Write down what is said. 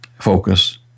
focus